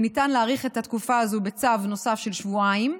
וניתן להאריך את התקופה הזו בצו נוסף של שבועיים.